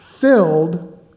filled